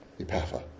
Epapha